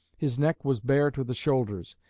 his neck was bare to the shoulders.